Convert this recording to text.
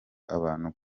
abantu